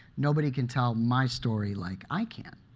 nobody can tell my story like i can.